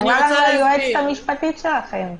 גם אמרה היועצת המשפטית שלכם.